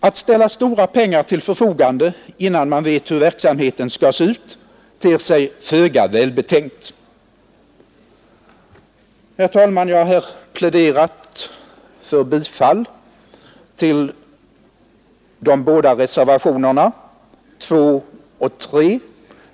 Att ställa stora pengar till förfogande innan man vet hur verksamheten skall se ut ter sig föga välbetänkt. Herr talman! Jag har här pläderat för bifall till de båda reservationerna 2 och 3.